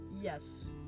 yes